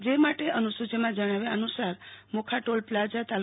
જે માટે અનુસૂચિમાં જણાવ્યા અનુસાર મોખા ટોલ પ્લાઝા તા